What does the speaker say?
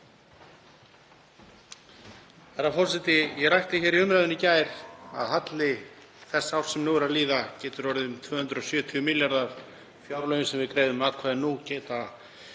Herra forseti. Ég rakti hér í umræðunni í gær að halli þess árs sem nú er að líða getur orðið um 270 milljarðar. Fjárlögin sem við greiðum atkvæði um nú verða